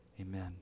Amen